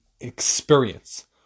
experience